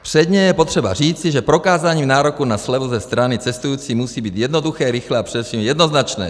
Předně je potřeba říci, že prokázání nároku na slevu ze stany cestujících musí být jednoduché, rychlé a především jednoznačné.